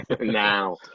now